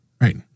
Right